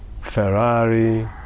Ferrari